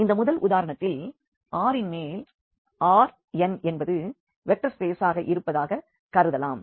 இந்த முதல் உதாரணத்தில் R ன் மேல் R n என்பது வெக்டர் ஸ்பேசாக இருப்பதாகக் கருதலாம்